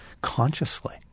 consciously